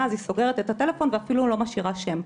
אז היא סוגרת את הטלפון ואפילו לא משאירה שם,